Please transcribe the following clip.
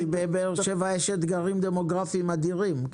כי בבאר שבע יש אתגרים דמוגרפיים אדירים,